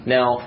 Now